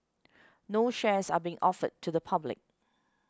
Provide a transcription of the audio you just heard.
no shares are being offered to the public